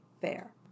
fair